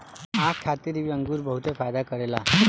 आँख खातिर भी अंगूर बहुते फायदा करेला